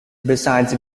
besides